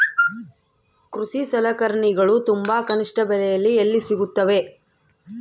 ಕೃಷಿ ಸಲಕರಣಿಗಳು ತುಂಬಾ ಕನಿಷ್ಠ ಬೆಲೆಯಲ್ಲಿ ಎಲ್ಲಿ ಸಿಗುತ್ತವೆ?